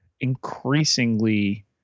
increasingly